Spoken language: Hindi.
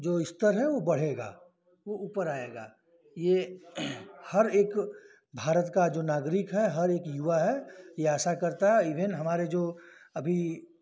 जो अस्तर है वह बढ़ेगा ऊ ऊपर आएगा यह हर एक भारत का जो नागरिक है हर एक युवा है यह आशा करता है इवेन हमारे जो अभी